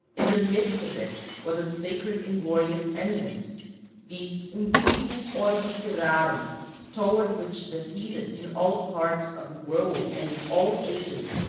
in the midst of it was a sacred and glorious eminence the umbilicus orbis terrarum toward which the heathen in all parts of the world, and in all ages,